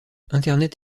internet